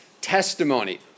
testimony